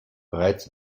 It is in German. bereits